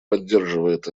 поддерживает